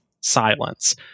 Silence